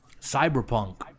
Cyberpunk